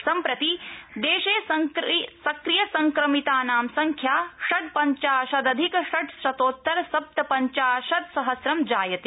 सम्प्रति देशे सक्रियसंक्रमितानां संख्या षड्पञ्चाशदधिकषड् शतोत्तर सप्तपञ्चाशत् सहस्रं जायते